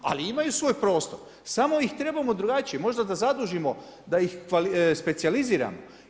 Ali imaju svoj prostor samo ih trebamo drugačije možda da zadužimo, da ih specijaliziramo.